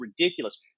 ridiculous